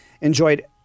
enjoyed